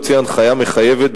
הוציא הנחיה מחייבת,